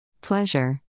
Pleasure